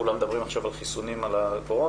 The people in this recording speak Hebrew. כולם מדברים עכשיו על החיסונים על הקורונה.